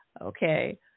Okay